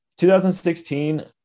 2016